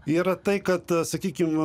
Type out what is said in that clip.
yra tai kad sakykim